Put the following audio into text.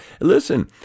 listen